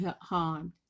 harmed